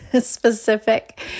specific